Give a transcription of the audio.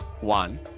one